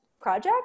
project